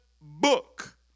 book